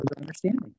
understanding